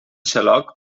xaloc